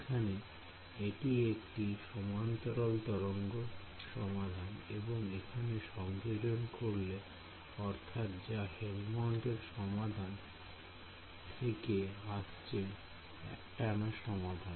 এখানে এটি একটি সমান্তরাল তরঙ্গ সমাধান এবং এইখানে সংযোজন করলে অর্থাৎ যা হেলমনটস এর সমাধান থেকে আসছে এটাকে মান্য করে